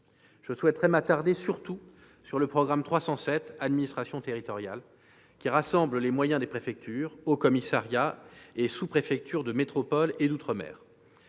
Je souhaiterais m'attarder surtout sur le programme 307, « Administration territoriale », qui rassemble les moyens des préfectures, hauts-commissariats et sous-préfectures de métropole et d'outre-mer.